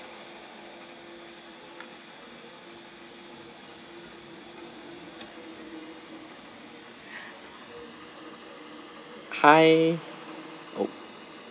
hi